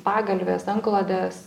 pagalvės antklodės